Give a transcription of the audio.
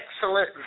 excellent